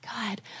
God